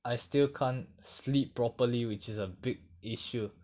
I still can't sleep properly which is a big issue